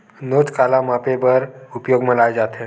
नोच काला मापे बर उपयोग म लाये जाथे?